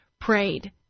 prayed